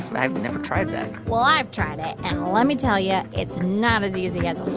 i've never tried that well, i've tried it. and let me tell you, it's not as easy as